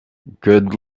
good